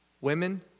women